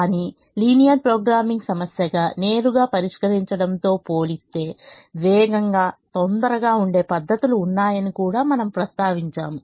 కానీ linear programming సమస్య గా నేరుగా పరిష్కరించడంతో పోలిస్తే వేగంగా తొందరగా ఉండే పద్ధతులు ఉన్నాయని కూడా మనము ప్రస్తావించాము